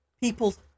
People's